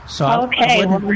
Okay